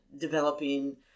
developing